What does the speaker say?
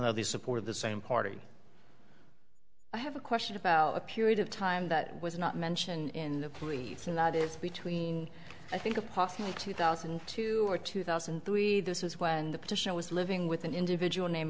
though they supported the same party i have a question about a period of time that was not mentioned in the police and that is between i think of possibly two thousand and two or two thousand and three this is when the petitioner was living with an individual named